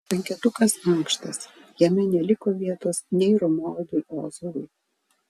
penketukas ankštas jame neliko vietos nei romualdui ozolui